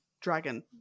dragon